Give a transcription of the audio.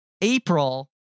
April